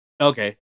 Okay